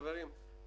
חברים,